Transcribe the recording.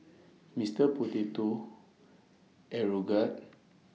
Mister Potato Aeroguard